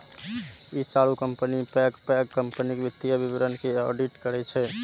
ई चारू कंपनी पैघ पैघ कंपनीक वित्तीय विवरण के ऑडिट करै छै